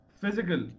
physical